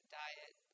diet